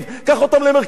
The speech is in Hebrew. קח אותם למרכז-שוסטר.